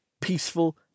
peaceful